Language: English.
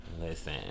Listen